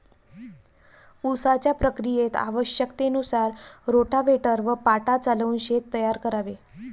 उसाच्या प्रक्रियेत आवश्यकतेनुसार रोटाव्हेटर व पाटा चालवून शेत तयार करावे